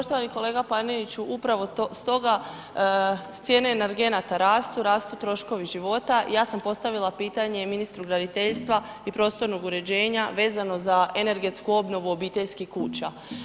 Poštovani kolega Paneniću, upravo stoga cijene energenata rastu, rastu troškovi života, ja sam postavila pitanje ministru graditeljstva i prostornog uređenja vezano za energetsku obnovu obiteljskih kuća.